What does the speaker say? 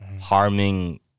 harming